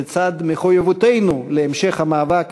לצד מחויבותנו להמשך המאבק,